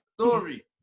story